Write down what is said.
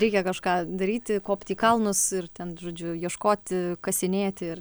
reikia kažką daryti kopti į kalnus ir ten žodžiu ieškoti kasinėti ir